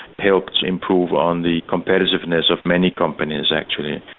helped improve on the competitiveness of many companies actually,